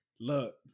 Look